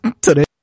Today